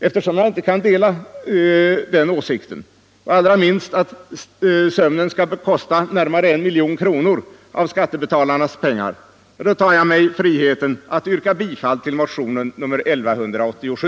Eftersom jag inte kan dela den åsikten, och allra minst att sömnen skall få kosta närmare 1 milj.kr. av skattebetalarnas pengar, tar jag mig friheten att yrka bifall till motionen 1187.